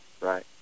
right